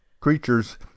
creatures